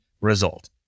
result